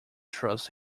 trust